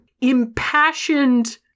impassioned